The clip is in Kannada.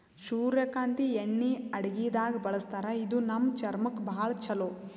ಸೂರ್ಯಕಾಂತಿ ಎಣ್ಣಿ ಅಡಗಿದಾಗ್ ಬಳಸ್ತಾರ ಇದು ನಮ್ ಚರ್ಮಕ್ಕ್ ಭಾಳ್ ಛಲೋ